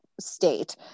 state